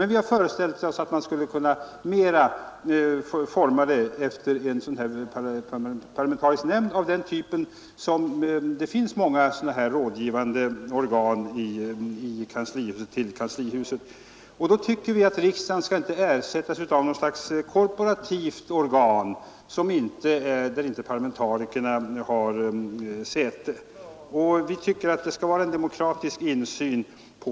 Vi har föreställt oss att man skulle kunna utforma en parlamentarisk nämnd av samma typ som andra rådgivande organ som finns i kanslihuset. Men riksdagen skall inte ersättas av något korporativt organ där parlamentarikerna inte har säte Det skall vara en demokratisk insyn.